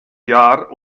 jahr